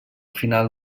final